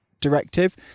directive